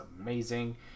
amazing